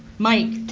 mike,